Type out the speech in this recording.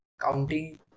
counting